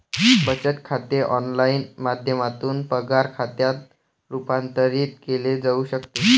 बचत खाते ऑनलाइन माध्यमातून पगार खात्यात रूपांतरित केले जाऊ शकते